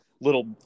little